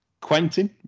Quentin